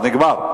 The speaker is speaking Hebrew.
נגמר.